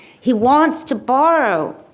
he wants to borrow.